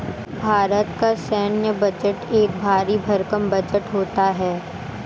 भारत का सैन्य बजट एक भरी भरकम बजट होता है